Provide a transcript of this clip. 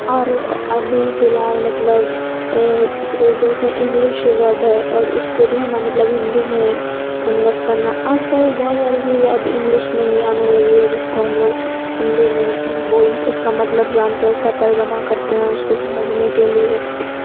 اور ابھی فی الحال مطلب جیسے انگلش ورڈ ہے اور اس کو جو ہے نا مطلب ہندی میں کنورٹ کرنا آس کل بہت ساری چیز اب انگلش میں ہی آنے لگی ہے جس کو ہم لوگ ہندی میں بول اس کا مطلب جانتے ہیں اس کا ترجمہ کرتے ہیں اس کو سمجھنے کے لیے